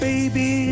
Baby